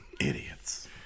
idiots